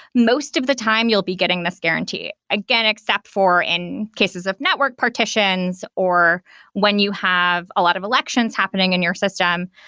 most of the time you'll be getting this guaranty. again, except for in cases of network partitions or when you have a lot of elections happening in your system.